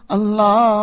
Allah